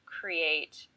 create